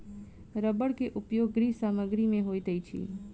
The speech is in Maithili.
रबड़ के उपयोग गृह सामग्री में होइत अछि